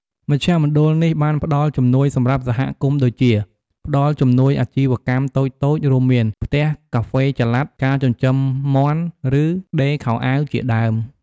មជ្ឈមណ្ឌលនេះបានផ្ដល់ជំនួយសម្រាប់សហគមន៍ដូចជា ផ្ដល់់ជំនួយអាជីវកម្មតូចៗ រួមមាន ផ្ទះកាហ្វេចល័ត ការចិញ្ចឹមមាន់ ឬ ដេរខោអាវជាដើម។